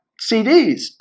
CDs